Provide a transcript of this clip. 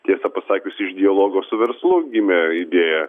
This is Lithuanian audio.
tiesą pasakius iš dialogo su verslu gimė idėja